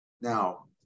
Now